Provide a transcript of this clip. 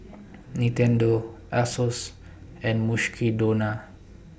Nintendo Asos and Mukshidonna